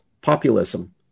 populism